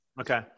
Okay